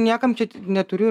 niekam čia neturiu